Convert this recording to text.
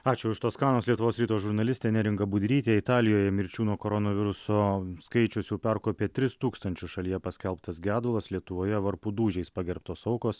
ačiū iš toskanos lietuvos ryto žurnalistė neringa budrytė italijoje mirčių nuo koronaviruso skaičius jau perkopė tris tūkstančius šalyje paskelbtas gedulas lietuvoje varpų dūžiais pagerbtos aukos